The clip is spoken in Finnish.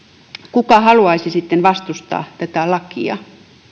kuka haluaisi sitten vastustaa tätä lakia